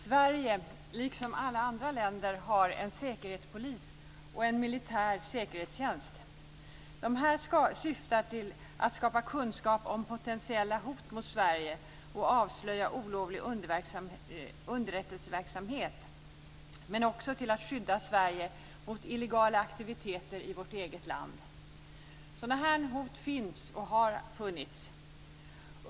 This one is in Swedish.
Sverige, liksom alla andra länder, har en säkerhetspolis och en militär säkerhetstjänst. De syftar till att skapa kunskap om potentiella hot mot Sverige och avslöja olovlig underrättelseverksamhet, men också till att skydda Sverige mot illegala aktiviteter i vårt eget land. Sådana hot finns och har funnits.